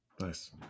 Nice